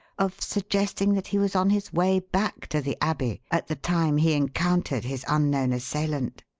of suggesting that he was on his way back to the abbey at the time he encountered his unknown assailant.